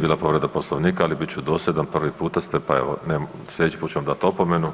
Nije bila povreda Poslovnika, ali bit ću dosljedan, prvi puta ste, pa evo, slijedeći put ću vam dat opomenu.